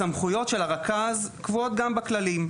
הסמכויות של הרכז קבועות בכללים.